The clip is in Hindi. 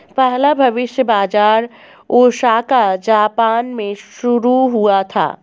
पहला भविष्य बाज़ार ओसाका जापान में शुरू हुआ था